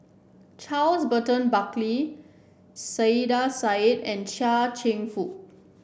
Charles Burton Buckley Saiedah Said and Chia Cheong Fook